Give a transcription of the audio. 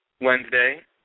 Wednesday